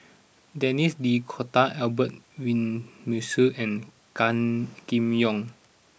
Denis D'Cotta Albert Winsemius and Gan Kim Yong